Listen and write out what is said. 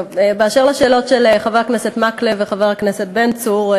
באשר לשאלות של חבר הכנסת מקלב וחבר הכנסת בן צור,